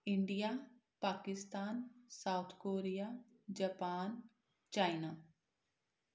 India Pakistan South Korea Japan China